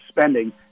spending